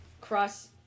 cross